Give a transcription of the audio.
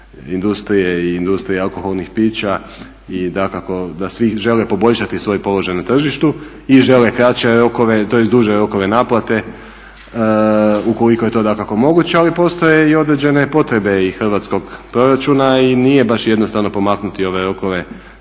industrije i industrije alkoholnih pića i dakako da svi žele poboljšati svoj položaj na tržištu i žele kraće rokove tj. duže rokove naplate ukoliko je to dakako moguće, ali postoje i određene potrebe i hrvatskog proračuna i nije baš jednostavno pomaknuti ove rokove